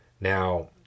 Now